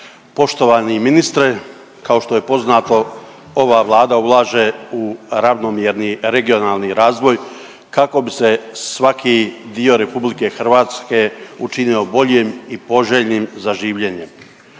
poštovani ministre. Kao što je poznato ova Vlada ulaže u ravnomjerni regionalni razvoj kako bi se svaki dio Republike Hrvatske učinio boljim i poželjnim za življenje.